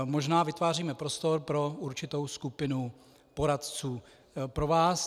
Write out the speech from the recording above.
Možná vytváříme prostor pro určitou skupinu poradců pro vás.